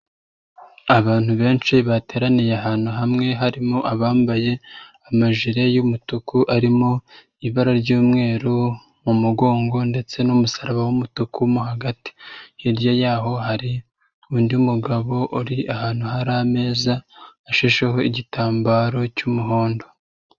Abantu benshi bateraniye ahantu hamwe harimo abambaye amajire y'umutuku arimo ibara ry'umweru mu mugongo ndetse n'umusaraba w'umutuku mo hagati, hirya yaho hari undi mugabo uri ahantu hari ameza ashasheho igitambaro cy'umuhondo.